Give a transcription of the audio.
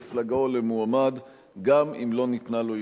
למפלגה או למועמד גם אם לא ניתנה לו ישירות.